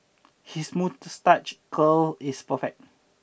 his moustache curl is perfect